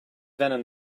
venom